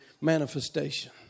manifestation